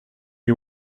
you